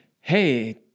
hey